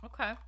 Okay